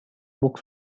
book